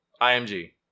img